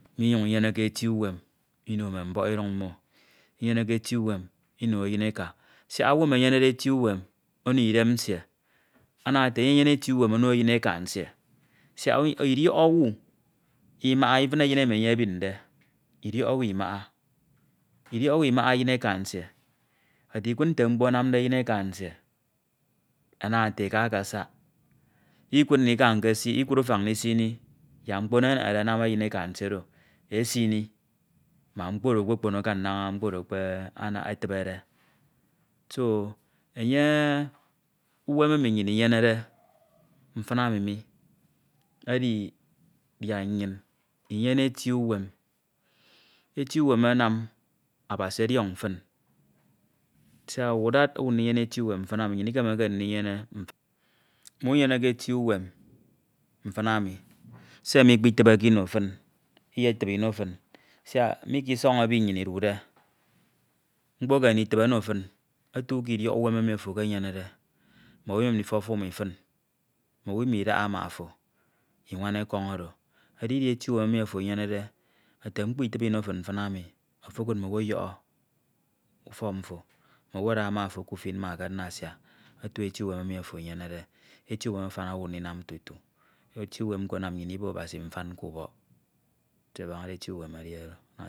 minyuñ myeneke eti uwem Ino mme mbọhọ Iduñ mmo, myeneke eti uwem Ino eyineka siak owu emi enyenede eti uwem ono Idem nsie ana ete enye enyene eti uwem ono eyin eka nsie siak Idiọk owu Imaha efin eyin emi enye ebinde, Idiọk owu Imaha Idiọk owu Imaha eyin eka nsie ete lkud nte mkpo anam de eyin eka nsie ana ete eka akasak lkud ufañ ndika nkesini yak mkpo enenehede anan eyin eka nsie oro esini mak mkpo okpokpon akan naña mkpo oro ekpetibede ofo enye, uwem emi nnyin unyenede mfin emi edi, yak nnyin Inyene eti uwem, eti uwem anam Abasi ọdiọñ fin siak withad owu Ikemeke ndinyene. menyeneke eti uwem mfin emi, se mme Ikepetibeke Ino fin Iyetibe Ino fin siak mi ke Isọñ ebi nnyin Idude mkpo ekeme nditibe ono fin otu k’idiọk uwem emi ofo ekenyene mm’owu enyem ndifọ funmi fin, mm’owu Imidaha ma ofo otu ke Idiok uwem oro ofo ekenyenede edi Idi eti uwem emi ofo enyenede, ete mkpo itibe Ino tin mfin emi, ofo okud mm’ owu ọyọhọ afọk mfo, mm’owu ada ma ofo k’ufin ma ke nnasia otu eti uwem emi ofo enyenede. Efi uwem afan owu ndinam tutu, eti uwem nko anam nnyin Ibo Abasi mfan k’ubọki se abañade eti uwem edi oro.